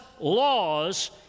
laws